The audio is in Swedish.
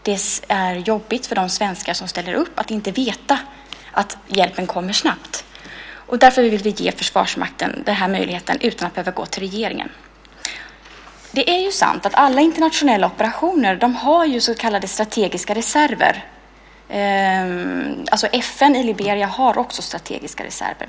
Det är jobbigt för de svenskar som ställer upp att inte veta att hjälpen kommer snabbt. Därför vill vi att Försvarsmakten ska få den här möjligheten utan att behöva gå till regeringen. Det är sant att alla internationella operationer har så kallade strategiska reserver. FN i Liberia har också strategiska reserver.